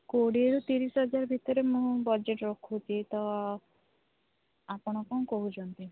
କୋଡ଼ିଏରୁ ତିରିଶି ହଜାରେ ଭିତରେ ମୁଁ ବଜେଟ୍ ରଖୁଛି ତ ଆପଣ କ'ଣ କହୁଛନ୍ତି